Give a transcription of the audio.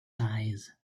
size